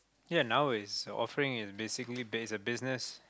ya now it's offering basically there's a business